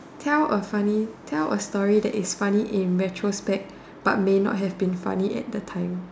tell a funny tell a story that is funny in retrospect but may not have been funny at that time